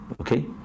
Okay